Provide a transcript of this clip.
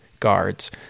guards